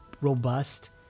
robust